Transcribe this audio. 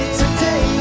today